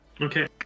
Okay